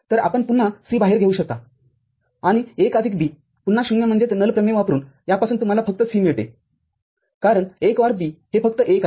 तर आपण पुन्हा C बाहेर घेऊ शकता आणि १ आदिक Bपुन्हा शून्य प्रमेय वापरून यापासून तुम्हाला फक्त C मिळतेकारण १ OR B हे फक्त १ आहे